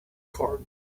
card